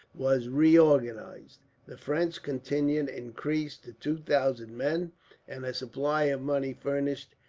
was reorganized the french contingent increased to two thousand men and a supply of money furnished,